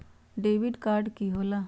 Debit card की होला?